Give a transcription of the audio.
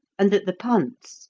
and that the punts,